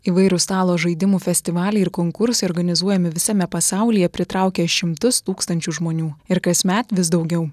įvairūs stalo žaidimų festivaliai ir konkursai organizuojami visame pasaulyje pritraukia šimtus tūkstančių žmonių ir kasmet vis daugiau